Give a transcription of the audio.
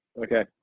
Okay